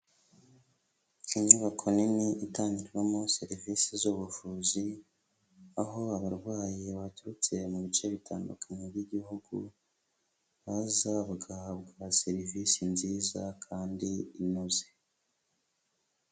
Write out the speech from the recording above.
Inyubako nini itangirwamo serivisi z'ubuvuzi, aho abarwayi baturutse mu bice bitandukanye by'igihugu, baza bagahabwa serivisi nziza kandi inoze.